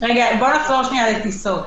בוא נחזור לטיסות.